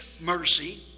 mercy